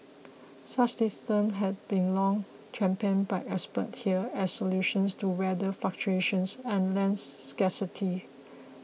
such systems have been long championed by experts here as solutions to weather fluctuations and land scarcity